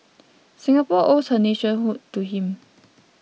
Singapore owes her nationhood to him